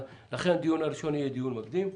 הדיון הראשון יהיה דיון מקדים.